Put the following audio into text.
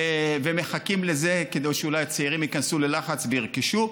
ומחכים לזה כדי שאולי הצעירים ייכנסו ללחץ וירכשו.